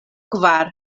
kvar